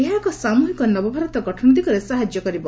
ଏହା ଏକ ସାମୁହିକ ନବ ଭାରତ ଗଠନ ଦିଗରେ ସାହାଯ୍ୟ କରିବ